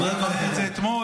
אמרתי את זה אתמול,